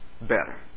better